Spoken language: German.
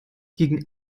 gegen